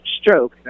stroke